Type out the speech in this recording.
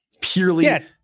purely